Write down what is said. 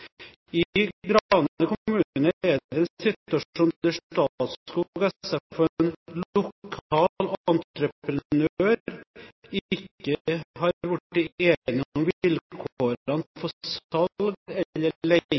I Grane kommune er det en situasjon der Statskog SF og en lokal entreprenør ikke har blitt enige om